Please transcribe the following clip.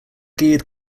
geared